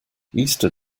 easter